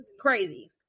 crazy